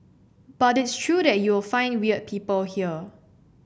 but it's true that you'll find weird people here